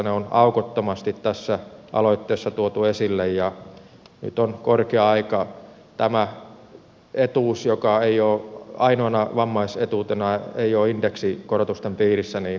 ne on aukottomasti tässä aloitteessa tuotu esille ja nyt on korkea aika tämä etuus joka ainoana vammaisetuutena ei ole indeksikorotusten piirissä laittaa kuntoon